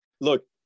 Look